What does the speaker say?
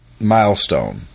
milestone